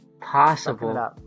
Possible